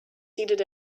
seated